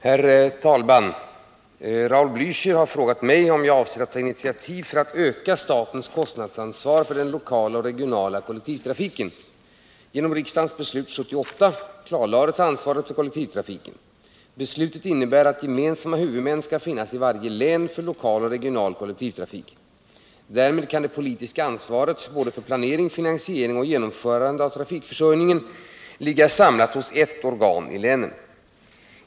Herr talman! Raul Blächer har frågat mig om jag avser att ta initiativ för att öka statens kostnadsansvar för den lokala och regionala kollektivtrafiken. Genom riksdagens beslut 1978 klarlades ansvaret för kollektivtrafiken. Beslutet innebär att gemensamma huvudmän skall finnas i varje län för lokal och regional kollektivtrafik. Därmed kan det politiska ansvaret för både planering, finansiering och genomförande av trafikförsörjningen ligga samlat hos ett organ i länen.